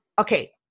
Okay